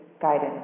guidance